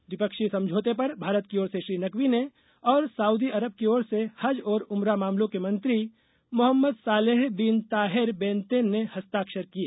द्विपक्षीय समझौते पर भारत की ओर से श्री नकवी ने और सऊदी अरब की ओर से हज और उमरा मामलों के मंत्री Mohammad Saleh bin Taher Benten ने हस्ताक्षर किए